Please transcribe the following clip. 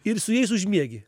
ir su jais užmiegi